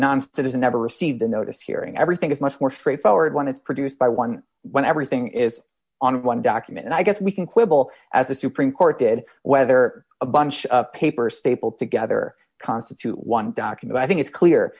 is never received the notice hearing everything is much more straightforward when it's produced by one when everything is on one document and i guess we can quibble as the supreme court did whether a bunch of paper stapled together constitute one document i think it's clear